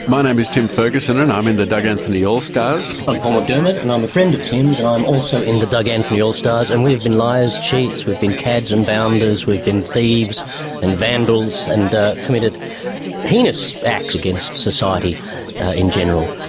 my name is tim ferguson and i'm in the doug anthony all stars. i'm paul mcdermott and i'm a friend of tim's and i'm also in the doug anthony all stars. and we have been liars, cheats, we've been cads and bounders, we've been thieves and vandals and ah committed heinous acts against society in general.